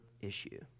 issue